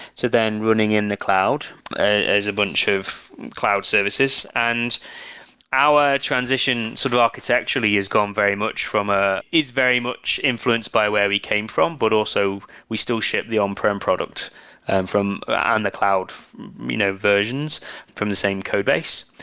so then running in the cloud as a bunch of cloud services. and our transition sort of architecturally has gone very much from ah is very much influenced by where we came from, but also we still ship the on um prem product and on and the cloud you know versions from the same codebase.